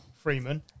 Freeman